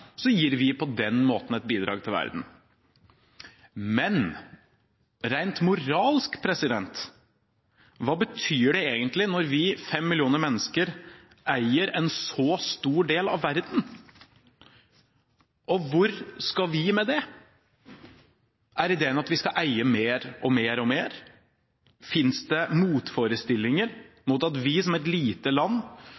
gir vi på den måten et bidrag til verden. Men rent moralsk, hva betyr det egentlig når vi, fem millioner mennesker, eier en så stor del av verden? Hvor skal vi med det? Er ideen at vi skal eie mer og mer og mer? Finnes det motforestillinger